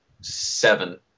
seven